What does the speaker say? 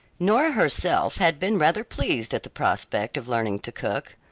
nora herself had been rather pleased at the prospect of learning to cook.